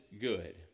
good